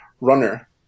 runner